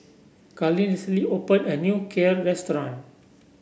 Carleen recently opened a new Kheer restaurant